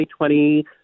2020